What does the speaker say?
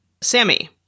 Sammy